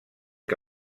que